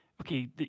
okay